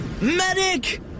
Medic